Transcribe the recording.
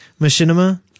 machinima